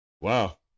Wow